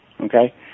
okay